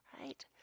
right